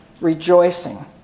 rejoicing